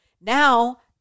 Now